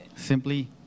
Simply